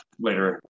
Later